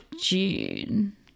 June